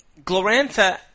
Glorantha